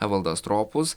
evaldas stropus